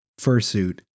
Fursuit